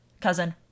cousin